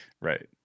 Right